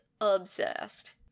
obsessed